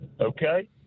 okay